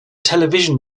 television